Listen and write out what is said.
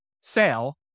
sale